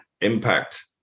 impact